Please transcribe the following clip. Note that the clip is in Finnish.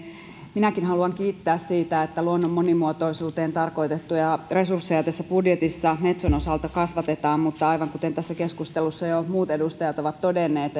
minäkin haluan kiittää siitä että luonnon monimuotoisuuteen tarkoitettuja resursseja budjetissa metson osalta kasvatetaan mutta aivan kuten tässä keskustelussa muut edustajat ovat jo todenneet